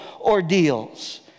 ordeals